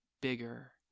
bigger